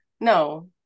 no